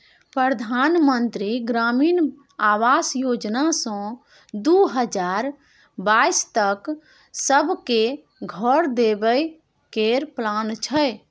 परधान मन्त्री ग्रामीण आबास योजना सँ दु हजार बाइस तक सब केँ घर देबे केर प्लान छै